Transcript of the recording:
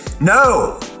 No